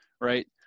right